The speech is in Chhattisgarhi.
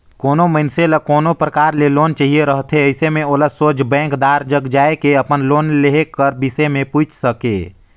कोनो मइनसे ल कोनो परकार ले लोन चाहिए रहथे अइसे में ओला सोझ बेंकदार जग जाए के अपन लोन लेहे कर बिसे में पूइछ सके